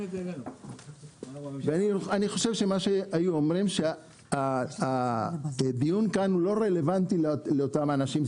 אני חושב שהם היו אומרים שהדיון כאן הוא לא רלוונטי לאותם אנשים.